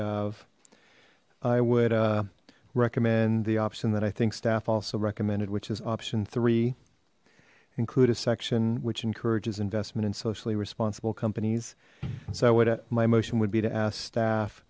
have i would recommend the option that i think staff also recommended which is option three include a section which encourages investment in socially responsible companies so what my motion would be to ask staff